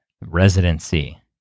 residency